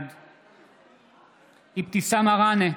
בעד אבתיסאם מראענה,